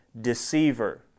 Deceiver